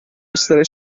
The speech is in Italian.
essere